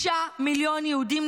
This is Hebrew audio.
6 מיליון יהודים,